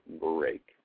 break